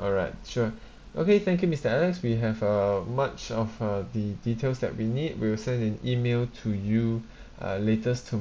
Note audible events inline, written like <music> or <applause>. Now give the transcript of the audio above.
alright sure <breath> okay thank you mister alex we have uh much of uh the details that we need we'll send an email to you <breath> uh latest